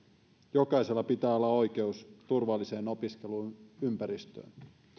jokaisella pitää olla oikeus turvalliseen opiskeluympäristöön